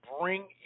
bring